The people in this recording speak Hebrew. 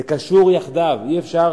זה קשור יחדיו, אי-אפשר